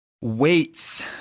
weights